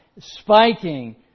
spiking